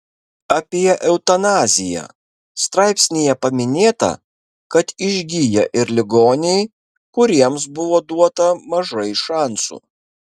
apie eutanaziją straipsnyje paminėta kad išgyja ir ligoniai kuriems buvo duota mažai šansų